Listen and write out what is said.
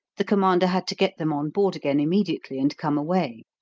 the commander had to get them on board again immediately, and come away.